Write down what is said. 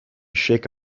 shake